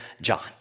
John